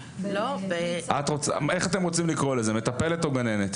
איך אתם רוצים לקרוא לזה, מטפלת או גננת?